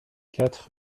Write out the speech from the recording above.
quatre